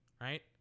right